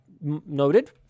noted